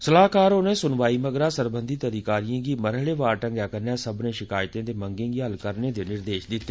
सलाहकार होरें सुनवाई मगरा सरबंधित अधिकारियें गी मरहलेवार ढंग कन्नै सब्बने शिकायतें ते मंगें गी हल करने दे निर्देश दिते